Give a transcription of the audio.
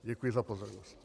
Děkuji za pozornost.